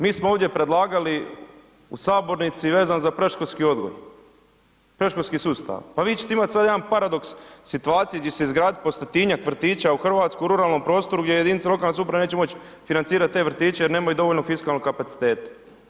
Mi smo ovdje predlagali u sabornici vezano za predškolski odgoj, predškolski sustav, pa vi ćete imati sad jedan paradoks situacije gdje će se izgradit po 100-tinjak vrtića u hrvatskom ruralnom prostoru gdje jedinice lokalne samouprave neće moći financirati te vrtiće jer nemaju dovoljno fiskalnog kapaciteta.